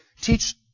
teach